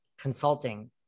consulting